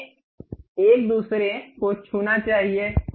उन्हें एक दूसरे को छूना चाहिए